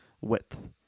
width